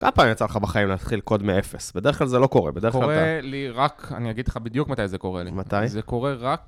כמה פעמים יצא לך בחיים להתחיל קוד מ-0? בדרך כלל זה לא קורה, בדרך כלל אתה... קורה לי רק... אני אגיד לך בדיוק מתי זה קורה לי. מתי? זה קורה רק...